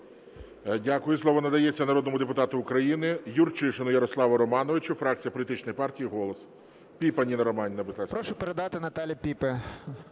Дякую. Слово надається народному депутату України Юрчишину Ярославу Романовичу, фракція політичної партії "Голос". 16:15:47 ЮРЧИШИН Я.Р. Прошу передати Наталії Піпі.